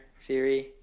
theory